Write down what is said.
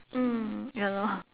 mm ya lor